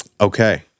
okay